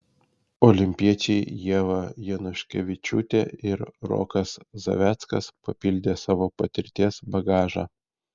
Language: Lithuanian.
olimpiečiai ieva januškevičiūtė ir rokas zaveckas papildė savo patirties bagažą